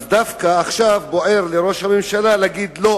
דווקא עכשיו בוער לראש הממשלה להגיד: לא,